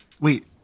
wait